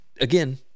Again